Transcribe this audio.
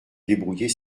débrouiller